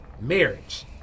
marriage